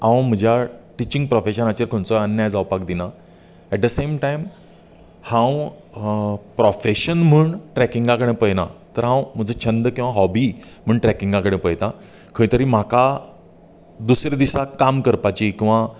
हांव म्हज्या टिचींग प्रॉफॅशनाचेर खंयचो अन्याय जावपाक दिना एट ड सेम टायम हांव प्रॉफॅशन म्हूण ट्रॅकिंगा कडेन पळयना तर हांव म्हजो छंद किंवा हॉबी म्हूण ट्रॅकिंगा कडेन पळयतां खंय तरी म्हाका दुसऱ्या दिसा काम करपाची किंवा